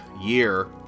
year